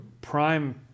prime